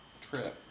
Trip